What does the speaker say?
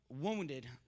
wounded